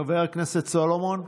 חבר הכנסת סולומון.